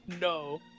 No